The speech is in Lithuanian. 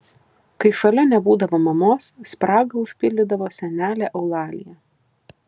kai šalia nebūdavo mamos spragą užpildydavo senelė eulalija